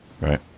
Right